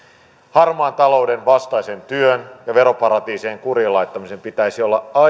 harmaan talouden vastaisen työn ja veroparatiisien kuriin laittamisen pitäisi olla